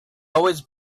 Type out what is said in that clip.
always